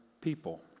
people